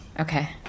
Okay